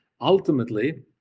ultimately